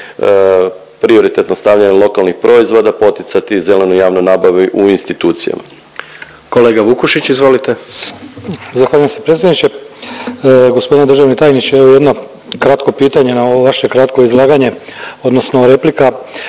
prioritetno stavljanje lokalnih proizvoda poticati zelenu javnu nabavu u institucijama. **Jandroković, Gordan (HDZ)** Kolega Vukušić, izvolite. **Vukušić, Mate (SDP)** Zahvaljujem se predsjedniče. Gospodine državni tajniče evo jedno kratko pitanje na ovo vaše kratko izlaganje odnosno replika.